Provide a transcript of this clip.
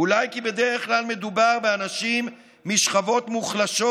אולי כי בדרך כלל מדובר באנשים משכבות מוחלשות